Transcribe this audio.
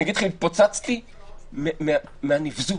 התפוצצתי מהנבזות,